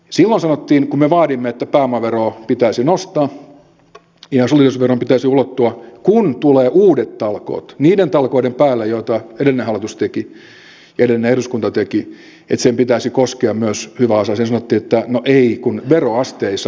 silloin kun me vaadimme että pääomaveroa pitäisi nostaa ja solidaarisuusveron pitäisi ulottua että kun tulee uudet talkoot niiden talkoiden päälle joita edellinen hallitus teki ja edellinen eduskunta teki niiden pitäisi koskea myös hyväosaisia niin sanottiin että no ei kun veroaste ei saa nousta